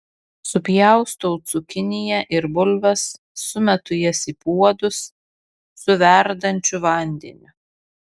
supjaustau cukiniją ir bulves sumetu jas į puodus su verdančiu vandeniu